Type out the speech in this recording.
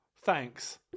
Thanks